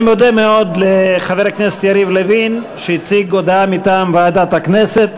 אני מודה מאוד לחבר הכנסת יריב לוין שהציג הודעה מטעם ועדת הכנסת.